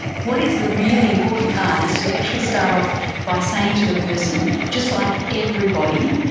what is the really important part is to actually start off by saying to the person, just like everybody,